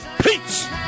Peace